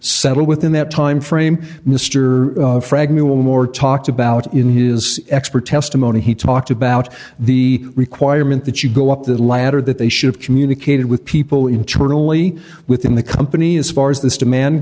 settle within that time frame mr fragment more talked about in his expert testimony he talked about the requirement that you go up the ladder that they should've communicated with people internally within the company as far as this demand